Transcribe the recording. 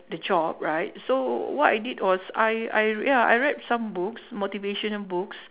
the job right so what I did was I I r~ ya I read some books motivational books